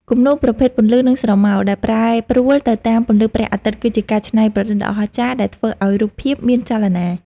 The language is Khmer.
គំនូរប្រភេទ ពន្លឺ និងស្រមោល ដែលប្រែប្រួលទៅតាមពន្លឺព្រះអាទិត្យ គឺជាការច្នៃប្រឌិតដ៏អស្ចារ្យដែលធ្វើឱ្យរូបភាពមានចលនា។